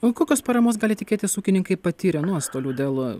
o kokios paramos gali tikėtis ūkininkai patyrę nuostolių dėl